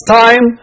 time